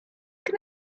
can